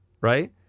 right